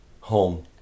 Home